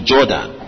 Jordan